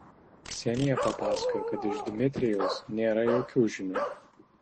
ksenija papasakojo kad iš dmitrijaus nėra jokių žinių